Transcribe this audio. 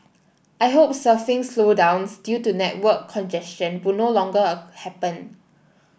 I hope surfing slowdowns due to network congestion will no longer happen